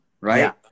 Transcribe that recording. right